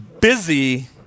busy